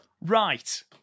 Right